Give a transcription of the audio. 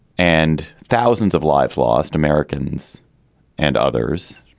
and thousands of lives lost, americans and others,